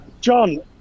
John